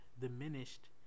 diminished